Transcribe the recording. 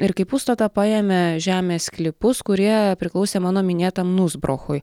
ir kaip užstatą paėmė žemės sklypus kurie priklausė mano minėtam nuzbrochui